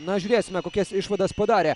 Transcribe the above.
na žiūrėsime kokias išvadas padarė